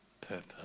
purpose